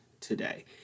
today